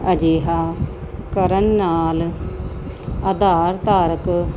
ਅਜਿਹਾ ਕਰਨ ਨਾਲ ਆਧਾਰ ਧਾਰਕ